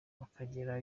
bakagera